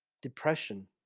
depression